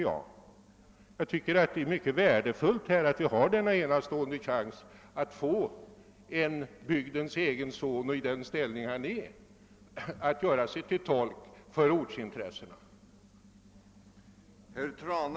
Jag tycker det är mycket värdefullt att en bygdens egen representant här kan göra sig till tolk för ortsintressena.